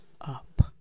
up